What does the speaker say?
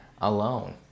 alone